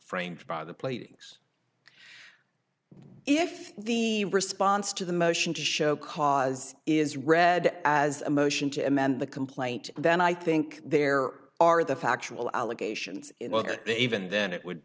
framed by the plate ngs if the response to the motion to show cause is read as a motion to amend the complaint then i think there are the factual allegations even then it would